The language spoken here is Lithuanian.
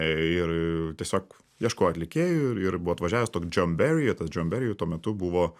ir tiesiog ieškojo atlikėjų ir buvo atvažiavęs toks džom berije tas džom berije tuo metu buvo